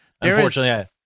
Unfortunately